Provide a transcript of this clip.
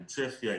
צ'כיה,